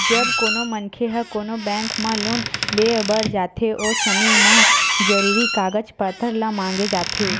जब कोनो मनखे ह कोनो बेंक म लोन लेय बर जाथे ओ समे म जरुरी कागज पत्तर ल मांगे जाथे